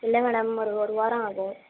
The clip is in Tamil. இல்லை மேடம் ஒரு ஒரு வாரம் ஆகும்